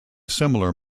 similar